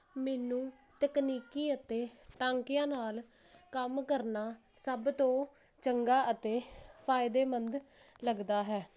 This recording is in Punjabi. ਮੈਨੂੰ ਤਕਨੀਕੀ ਅਤੇ ਟਾਂਕਿਆਂ ਨਾਲ ਕੰਮ ਕਰਨਾ ਸਭ ਤੋਂ ਚੰਗਾ ਅਤੇ ਫਾਇਦੇਮੰਦ ਲੱਗਦਾ ਹੈ